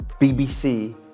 BBC